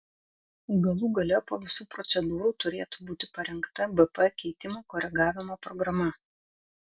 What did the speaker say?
galų gale po visų procedūrų turėtų būti parengta bp keitimo koregavimo programa